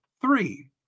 three